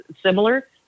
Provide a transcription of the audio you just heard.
similar